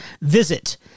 Visit